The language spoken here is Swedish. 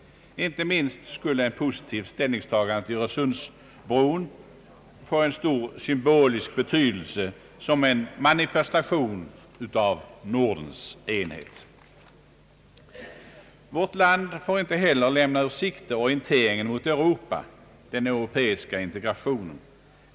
Inte minst skulle ett positivt ställningstagande till Öresundsbron få en stor symbolisk betydelse som en manifestation av Nordens enhet. Vårt land får inte heller lämna ur sikte orienteringen mot Europa — den europeiska integrationen.